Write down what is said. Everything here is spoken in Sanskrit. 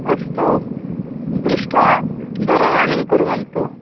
अस्तु दृष्ट्वा दूरवाणीं कुर्वन्तु